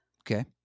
Okay